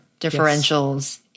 differentials